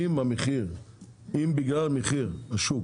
אם בגלל המחיר בשוק